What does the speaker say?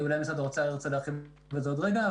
אולי משרד האוצר ירצה להרחיב על כך עוד רגע,